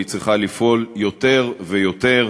והיא צריכה לפעול יותר ויותר.